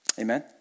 Amen